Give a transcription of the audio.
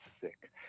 sick